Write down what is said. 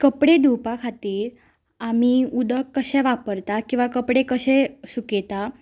कपडे धुवपा खातीर आमी उदक कशें वापरता किंवां कपडे कशे सुकयता